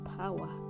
power